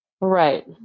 right